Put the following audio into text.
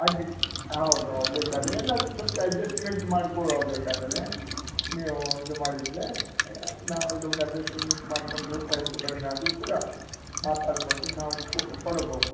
ಅದು ಹೌದು ಹೌದು ಬೇಕಾದ್ರೆ ಏನಾದರೂ ಸ್ವಲ್ಪ ಅಡ್ಜಸ್ಟ್ಮೆಂಟ್ ಮಾಡ್ಕೊಳುವ ಬೇಕಾದರೆ ನೀವು ಇದು ಮಾಡಿದರೆ ನಾವು ಅಡ್ಜಸ್ಟಮೆಂಟ್ ಮಾಡ್ಕೊಂಡು ಸ್ವಲ್ಪ ಹೆಚ್ಚೂಕಡಿಮೆ ಆದರೂ ಕೂಡ ಮಾತಾಡ್ಕೊಂಡು ನಾವು ಕೊಡಬಹುದು